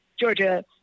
Georgia